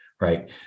Right